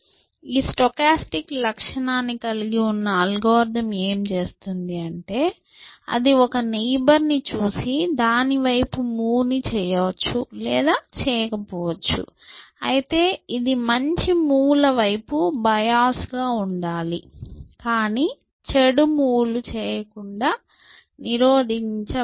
ఈ స్టొకాస్టిక్ లక్షణాన్ని కలిగి ఉన్న అల్గోరిథం ఏమి చేస్తుంది అంటే అది ఒక నైబర్ని చూసి దాని వైపు మూవ్ ని చెయ్యచ్చు లేదా చేయకపోవచ్చు అయితే ఇది మంచి మూవ్ ల వైపు బయోస్ గా ఉండాలి కానీ చెడు మూవ్ లు చేయకుండా నిరోధించబడదు